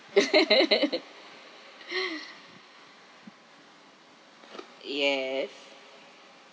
yes